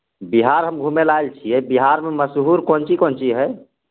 बिहार हम घुमए लए आयल छियै बिहारमे मसहूर कोन चीज कोन चीज हइ